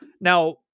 Now